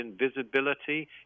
invisibility